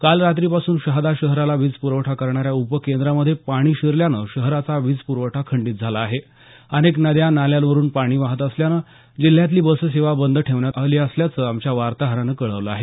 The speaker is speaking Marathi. काल रात्री पासून शहादा शहाराला वीज पुरवठा करणाऱ्या उप केंद्रामध्ये पाणी शिरल्यानं शहराचा वीज प्रवठा खंडीत झाला आहे अनेक नद्या नाल्यांवरुन पाणी वाहत असल्यानं जिल्ह्यातली बससेवा बंद ठेवण्यात आली असल्याचं आमच्या वार्ताहरानं कळवलं आहे